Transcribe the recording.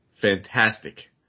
Fantastic